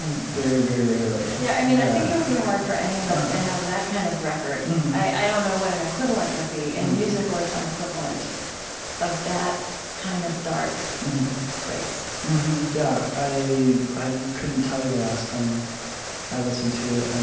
very, very rarely yeah, i mean i think it would be hard for any of us to have that kind of record i don't know what an equivalent would be in music or some equivalent of that kind of dark place yeah, i i couldn't tell you the last time i listened to it, and